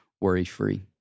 worry-free